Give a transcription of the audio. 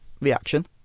reaction